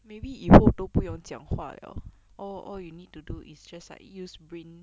maybe 以后都不用讲话 liao all all you need to do is just like use brain